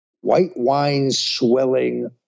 white-wine-swelling